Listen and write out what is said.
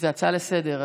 זו הצעה לסדר-היום.